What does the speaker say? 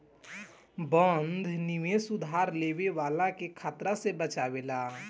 बंध निवेश उधार लेवे वाला के खतरा से बचावेला